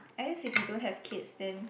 at least if you don't have kids then